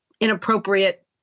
inappropriate